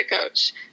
coach